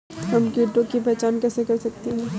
हम कीटों की पहचान कैसे कर सकते हैं?